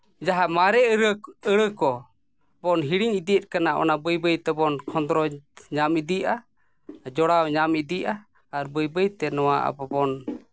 ᱡᱟᱦᱟᱸ ᱢᱟᱨᱮ ᱟᱹᱲᱟᱹ ᱠᱚ ᱵᱚᱱ ᱦᱤᱲᱤᱧ ᱤᱫᱤᱭᱮᱫ ᱠᱟᱱᱟ ᱚᱱᱟ ᱵᱟᱹᱭ ᱵᱟᱹᱭ ᱛᱮᱵᱚᱱ ᱠᱷᱚᱸᱫᱽᱨᱚᱸᱫᱽ ᱧᱟᱢ ᱤᱫᱤᱭᱮᱫᱼᱟ ᱡᱚᱲᱟᱣ ᱧᱟᱢ ᱤᱫᱤᱭᱮᱫᱼᱟ ᱟᱨ ᱵᱟᱹᱭ ᱵᱟᱹᱛᱮ ᱱᱚᱣᱟ ᱟᱵᱚ ᱵᱚᱱ